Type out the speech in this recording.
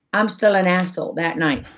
i'm still an asshole that night,